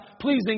pleasing